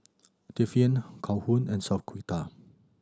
Tiffanie Calhoun and Shaquita